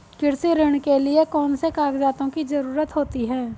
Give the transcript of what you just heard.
कृषि ऋण के लिऐ कौन से कागजातों की जरूरत होती है?